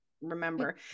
remember